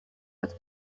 but